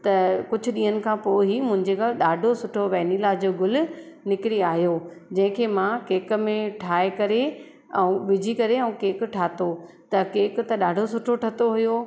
त कुझु ॾींहंनि खां पोइ ई मुंहिंजे घर ॾाढो सुठो वैनिला जो गुल निकिरी आहियो जंहिंखे मां केक में ठाहे करे ऐं विझी करे ऐं केक ठाहियो त केक त ॾाढो सुठो ठाहियो हुयो